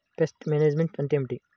Pest management అంటే ఏమిటి?